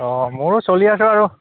অঁ মোৰো চলি আছে আৰু